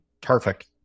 perfect